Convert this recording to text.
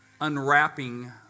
unwrapping